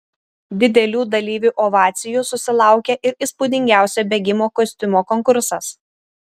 didelių dalyvių ovacijų susilaukė ir įspūdingiausio bėgimo kostiumo konkursas